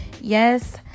Yes